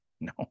No